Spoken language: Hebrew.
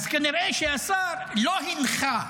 אז כנראה שהשר לא הנחה,